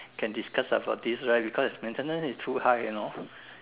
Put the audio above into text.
can discuss about this right because the maintenance is too high you know